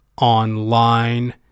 online